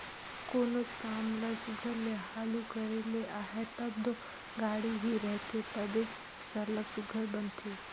कोनोच काम ल सुग्घर ले हालु करे ले अहे तब दो गाड़ी ही रहथे तबे सरलग सुघर बनथे